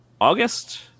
august